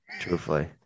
Truthfully